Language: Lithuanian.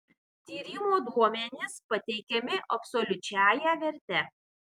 tyrimo duomenys pateikiami absoliučiąja verte